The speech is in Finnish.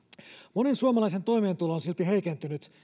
monen suomalaisen toimeentulo on silti heikentynyt